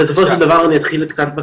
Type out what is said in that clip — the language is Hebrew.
בסופו של דבר אני אתחיל קצת,